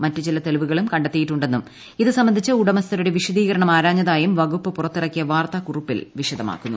മറ്റു ചില തെളിപ്പുകളും കണ്ടെത്തിയിട്ടുണ്ടെന്നും ഇതു സംബന്ധിച്ച് ഉടമസ്ഥരുടെ വിശദീകരണം ആരാഞ്ഞതായും വകുപ്പ് പുറത്തിറക്കിയ വാ്ർത്ത്രൂാക്കുറിപ്പിൽ വിശദമാക്കുന്നു